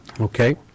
Okay